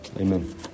amen